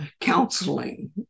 counseling